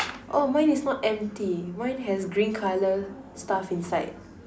oh mine is not empty mine has green color stuff inside